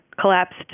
collapsed